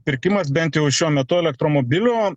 pirkimas bent jau šiuo metu elektromobilio